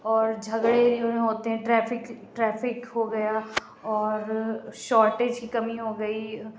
اور جھگڑے رو ہوتے ہیں ٹریفکٹ ٹریفک ہو گیا اور شاٹیج کی کمی ہو گئی